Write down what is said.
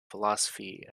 philosophy